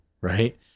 right